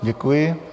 Děkuji.